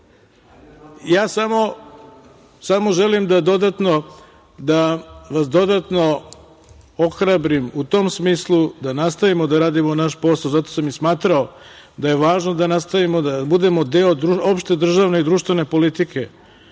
želim da vas dodatno ohrabrim u tom smislu da nastavimo da radimo naš posao, zato sam i smatrao da je važno da nastavimo, da budemo deo opšte državne i društvene politike